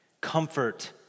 comfort